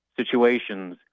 situations